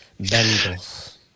Bengals